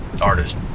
artist